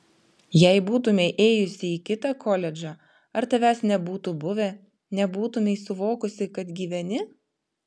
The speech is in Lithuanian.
jei būtumei ėjusi į kitą koledžą ar tavęs nebūtų buvę nebūtumei suvokusi kad gyveni